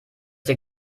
dir